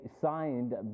signed